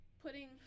putting